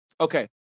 Okay